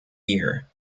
year